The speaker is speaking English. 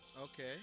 Okay